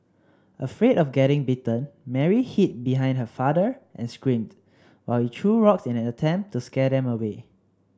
afraid of getting bitten Mary hid behind her father and screamed while he threw rocks in an attempt to scare them away